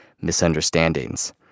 misunderstandings